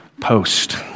post